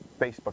Facebook